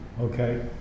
Okay